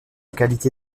qualité